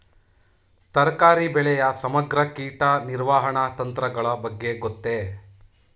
ತರಕಾರಿ ಬೆಳೆಯ ಸಮಗ್ರ ಕೀಟ ನಿರ್ವಹಣಾ ತಂತ್ರಗಳ ಬಗ್ಗೆ ಗೊತ್ತೇ?